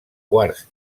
quars